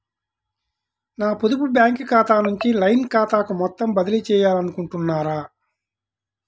నా పొదుపు బ్యాంకు ఖాతా నుంచి లైన్ ఖాతాకు మొత్తం బదిలీ చేయాలనుకుంటున్నారా?